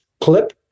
clip